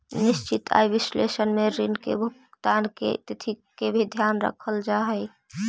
निश्चित आय विश्लेषण में ऋण के भुगतान के तिथि के भी ध्यान रखल जा हई